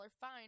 fine